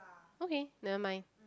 okay never mind